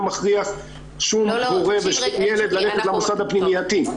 מכריח שום הורה ושום ילד ללכת למוסד הפנימייתי.